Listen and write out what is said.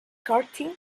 karting